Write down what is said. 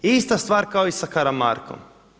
Ista stvar kao i sa Karamarkom.